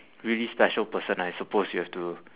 really special person I suppose you have to